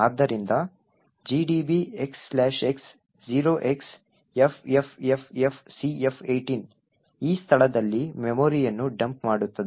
ಆದ್ದರಿಂದ gdb xx 0xFFFFCF18 ಈ ಸ್ಥಳದಲ್ಲಿ ಮೆಮೊರಿಯನ್ನು ಡಂಪ್ ಮಾಡುತ್ತದೆ